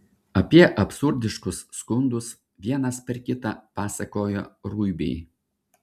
apie absurdiškus skundus vienas per kitą pasakojo ruibiai